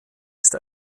ist